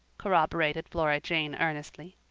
corroborated flora jane earnestly.